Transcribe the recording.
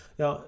ja